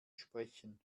sprechen